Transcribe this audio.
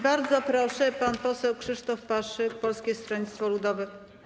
Bardzo proszę, pan poseł Krzysztof Paszyk, Polskie Stronnictwo Ludowe.